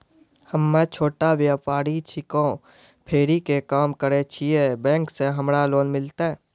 हम्मे छोटा व्यपारी छिकौं, फेरी के काम करे छियै, बैंक से हमरा लोन मिलतै?